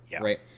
right